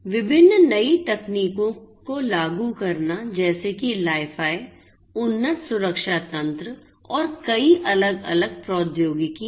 विभिन्न नई तकनीकों को लागू करना जैसे कि LiFi उन्नत सुरक्षा तंत्र और कई अलग अलग प्रौद्योगिकियां